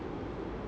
why